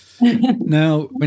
Now